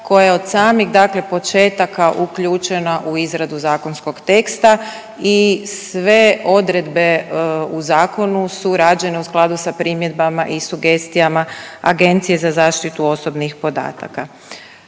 koja je od samih dakle početaka uključena u izradu zakonskog teksta i sve odredbe u zakonu su rađene u skladu sa primjedbama i sugestijama Agencije za zaštitu osobnih podataka.